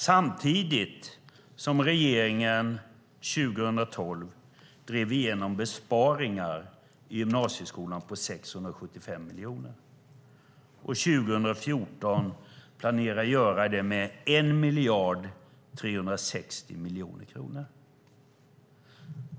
Samtidigt drev regeringen 2012 igenom besparingar i gymnasieskolan på 675 miljoner och planerar att göra det med 1 360 000 000 kronor 2014.